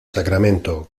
sacramento